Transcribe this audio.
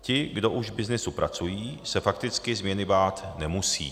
Ti, kdo už v byznysu pracují, se fakticky změny bát nemusí.